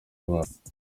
ibara